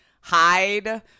hide